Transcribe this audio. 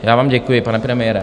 Já vám děkuji, pane premiére.